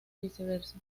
viceversa